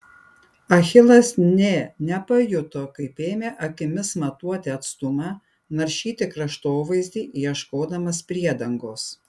achilas nė nepajuto kaip ėmė akimis matuoti atstumą naršyti kraštovaizdį ieškodamas priedangos